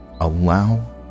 Allow